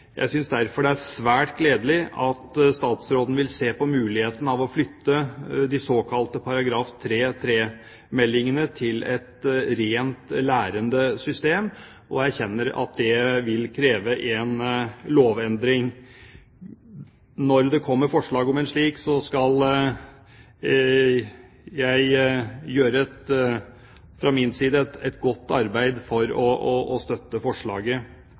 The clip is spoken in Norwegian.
Jeg synes derfor det er svært gledelig at statsråden vil se på muligheten av å flytte de såkalte § 3-3-meldingene til et rent lærende system og erkjenner at det vil kreve en lovendring. Når det kommer forslag om en slik, skal jeg fra min side gjøre et godt arbeid for å støtte forslaget.